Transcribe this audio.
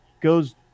goes –